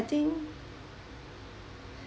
I think